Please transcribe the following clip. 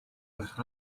байх